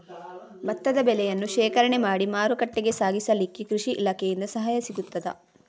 ಭತ್ತದ ಬೆಳೆಯನ್ನು ಶೇಖರಣೆ ಮಾಡಿ ಮಾರುಕಟ್ಟೆಗೆ ಸಾಗಿಸಲಿಕ್ಕೆ ಕೃಷಿ ಇಲಾಖೆಯಿಂದ ಸಹಾಯ ಸಿಗುತ್ತದಾ?